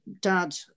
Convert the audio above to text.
Dad